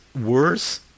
worse